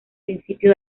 principio